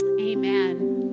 Amen